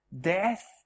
death